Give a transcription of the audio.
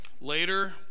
Later